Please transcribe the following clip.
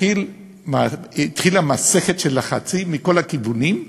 התחילה מסכת לחצים מכל הכיוונים,